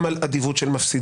גם על אדיבות של מפסידים,